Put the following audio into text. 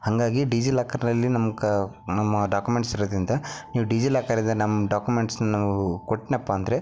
ಹಾಗಾಗಿ ಡಿಜಿಲಾಕರ್ನಲ್ಲಿ ನಮ್ಮ ಕ ನಮ್ಮ ಡಾಕುಮೆಂಟ್ಸ್ ಇರೋದ್ರಿಂದ ನೀವು ಡಿಜಿಲಾಕರಿಂದ ನಮ್ಮ ಡಾಕುಮೆಂಟ್ಸ್ ನಮ್ಮವು ಕೊಟ್ನಪ್ಪ ಅಂದರೆ